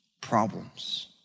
problems